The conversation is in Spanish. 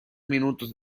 minutos